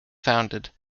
founded